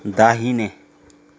दाहिने